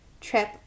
trip